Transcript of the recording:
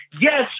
yes